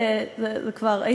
אני יכול,